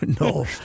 No